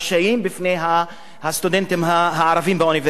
בפני הסטודנטים הערבים באוניברסיטאות.